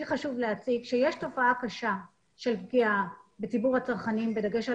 לי חשוב לומר שיש תופעה קשה של פגיעה בציבור הצרכנים בדגש על